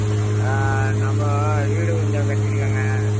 ஆ நம்ம வீடு கொஞ்சம் கட்டிட்டு இருக்கேங்க